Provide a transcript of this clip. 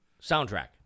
Soundtrack